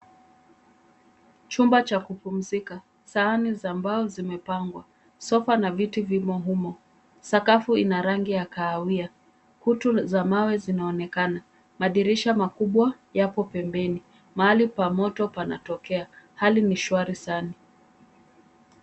Chumba cha kupumzika. Sahani za mbao zimepangwa. Sofa na viti vimo humo. Sakafu ina rangi ya kahawia. Kutu za mawe zinaonekana. Madirisha makubwa yapo pembeni. Mahali pa moto panatokea. Hali ni shwari sana.